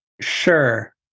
Sure